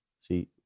see